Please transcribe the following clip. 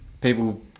people